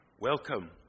Welcome